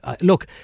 look